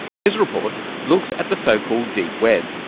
his report looks at the so-called deep web,